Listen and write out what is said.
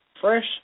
Fresh